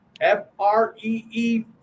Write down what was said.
F-R-E-E